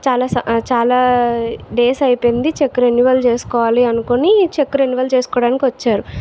చాలా స చాలా డేస్ అయిపోయింది చెక్ రెన్యువల్ చేసుకోవాలి అనుకుని చెక్ రెన్యువల్ చేసుకోవడానికి వచ్చారు